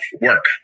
work